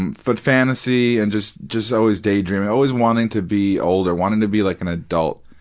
and but fantasy and just just always daydreaming, always wanting to be older, wanting to be, like, an adult.